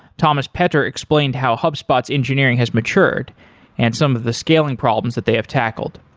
thomas petr explained how hubspot's engineering has matured and some of the scaling problems that they have tackled.